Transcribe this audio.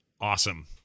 awesome